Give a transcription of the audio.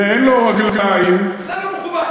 ואין לו רגליים, זה לא מכובד.